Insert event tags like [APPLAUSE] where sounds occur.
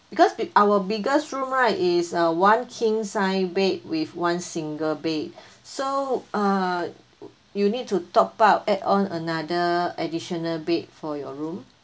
because b~ our biggest room right is a one king size bed with one single bed [BREATH] so uh you need to top up add on another additional bed for your room